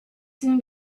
soon